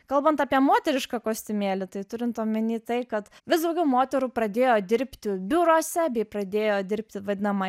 kalbant apie moterišką kostiumėlį tai turint omenyje tai kad vis daugiau moterų pradėjo dirbti biuruose bei pradėjo dirbti vadinama